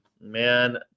Man